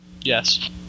Yes